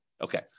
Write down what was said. Okay